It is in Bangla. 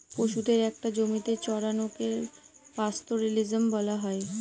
পশুদের একটা জমিতে চড়ানোকে পাস্তোরেলিজম বলা হয়